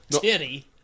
Titty